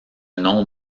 nom